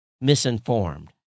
misinformed